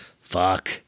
fuck